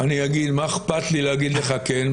מה אכפת לי להגיד לך כן?